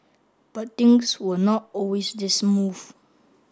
but things were not always this smooth